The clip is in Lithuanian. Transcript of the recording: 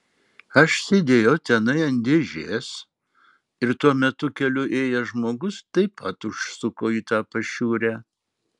aš sėdėjau tenai ant dėžės ir tuo metu keliu ėjęs žmogus taip pat užsuko į tą pašiūrę